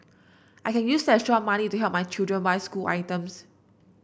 I can use the extra money to help my children buy school items